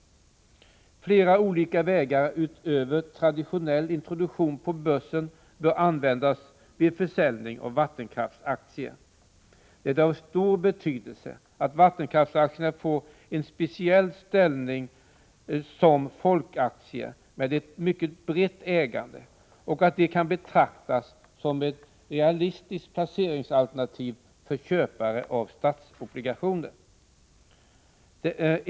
Flera olika vägar utöver traditionell introduktion på börsen bör användas vid försäljningen av vattenkraftsaktier. Det är av stor betydelse att vattenkraftsaktierna kan få en speciell ställning som folkaktier med ett mycket brett ägande och att de kan betraktas som ett realistiskt placeringsalternativ för köpare av statsobligationer.